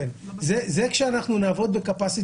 כן, כן כשאנחנו נעבוד ב-capacity